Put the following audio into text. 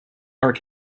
are